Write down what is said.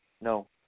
No